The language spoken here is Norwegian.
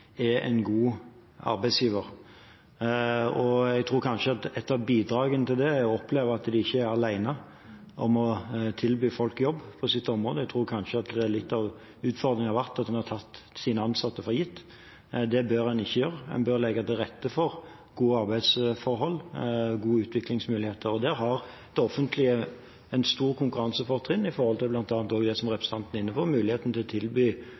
er en god arbeidsgiver. Jeg tror kanskje at et av bidragene til det er å oppleve at de ikke er alene om å tilby folk jobb på sitt område. Jeg tror kanskje at litt av utfordringen har vært at en har tatt sine ansatte for gitt. Det bør en ikke gjøre. En bør legge til rette for gode arbeidsforhold og gode utviklingsmuligheter. Der har det offentlige et stort konkurransefortrinn i forhold til bl.a. det som representanten er inne på, muligheten til å tilby